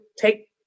take